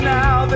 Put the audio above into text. now